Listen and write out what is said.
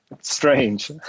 strange